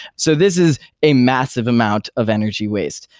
so this is a massive amount of energy waste.